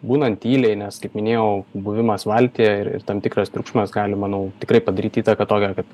būnant tyliai nes kaip minėjau buvimas valtyje ir ir tam tikras triukšmas gali manau tikrai padaryt įtaką tokią kad